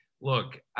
look